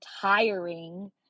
tiring